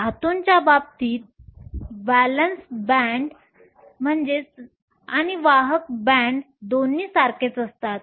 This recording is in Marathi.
धातूंच्या बाबतीत व्हॅलेन्स बँड आणि वाहक बँड दोन्ही सारखेच असतात